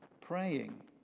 praying